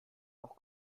auch